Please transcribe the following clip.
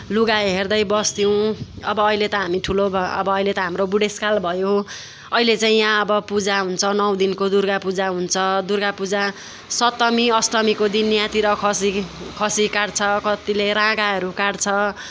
लुगा हेर्दै बस्थ्यौँ अब अहिले त हामी ठुलो भए अब अहिले त हाम्रो बुढेसकाल भयो अहिले चाहिँ यहाँ अब पूजा हुन्छ नौ दिनको दुर्गा पूजा सप्तमी अष्टमीको दिन यहाँतिर खसी खसी काट्छ कतिले राँगोहरू काट्छ